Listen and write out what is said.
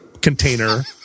container